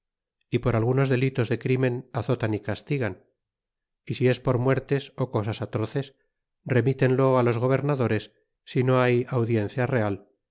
y por algunos delitos de crimen azotan y castigan y si es por muertes ó cosas atroces remitenlo los gobernadores si no hay audiencia real